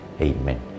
Amen